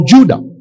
Judah